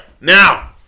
Now